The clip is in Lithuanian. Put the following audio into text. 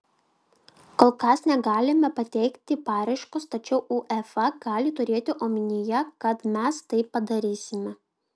kol kas negalime pateikti paraiškos tačiau uefa gali turėti omenyje kad mes tai padarysime